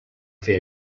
fer